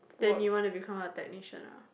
then you want to become a technician uh